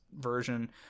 version